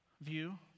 view